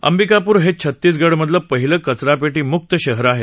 अंबिकापूर हे छतीसगडमधलं पाहिलं कचरापेपी मुक्त शहर आहे